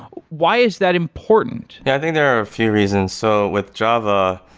why is that important? yeah, i think there are a few reasons. so with java,